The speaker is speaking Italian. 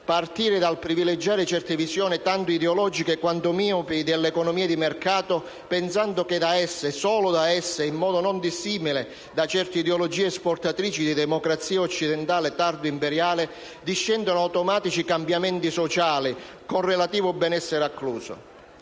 partire dal privilegiare certe visioni, tanto ideologiche quanto miopi, dell'economia di mercato, pensando che da esse e solo da esse - in modo non dissimile da certe ideologie esportatrici di democrazia occidentale tardo-imperiale - discendano automatici cambiamenti sociali, con relativo benessere accluso.